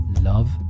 love